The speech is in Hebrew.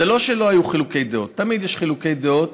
זה לא שלא היו חילוקי דעות, תמיד יש חילוקי דעות,